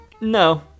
No